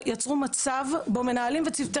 אנחנו נמצאות בשבוע שבו אנחנו